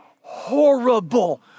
horrible